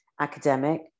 academic